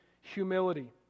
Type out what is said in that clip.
humility